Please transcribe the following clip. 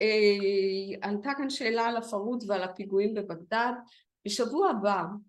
עלתה כאן שאלה על הפרוץ ‫ועל הפיגועים בבגדד בשבוע הבא.